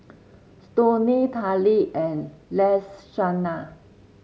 Stoney Tallie and Lashonda